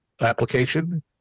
application